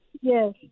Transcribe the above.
yes